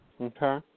Okay